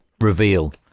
reveal